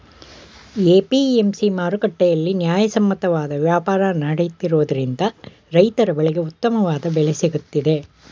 APMC ಮಾರುಕಟ್ಟೆಯಲ್ಲಿ ನ್ಯಾಯಸಮ್ಮತವಾದ ವ್ಯಾಪಾರ ನಡೆಯುತ್ತಿರುವುದರಿಂದ ರೈತರ ಬೆಳೆಗೆ ಉತ್ತಮವಾದ ಬೆಲೆ ಸಿಗುತ್ತಿದೆ